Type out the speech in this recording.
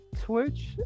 Twitch